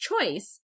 choice